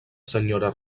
senyora